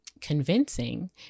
convincing